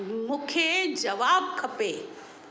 मूंखे जवाबु खपे